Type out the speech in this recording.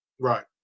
Right